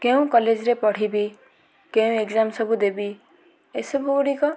କେଉଁ କଲେଜରେ ପଢ଼ିବି କେଉଁ ଏଗ୍ଜାମ୍ ସବୁ ଦେବି ଏସବୁ ଗୁଡ଼ିକ